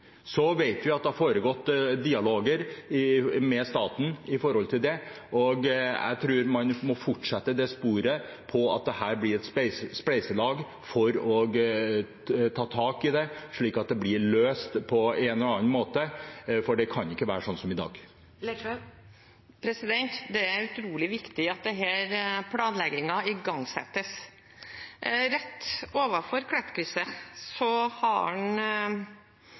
Så vet vi at det har foregått dialog med staten om det. Jeg tror man må fortsette det sporet, at dette blir et spleiselag, og ta tak i det, slik at det blir løst på en eller annen måte, for det kan ikke være sånn som i dag. Det er utrolig viktig at denne planleggingen igangsettes. Rett overfor Klettkrysset har